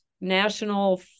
national